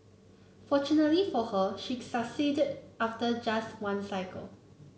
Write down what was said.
fortunately for her she succeeded after just one cycle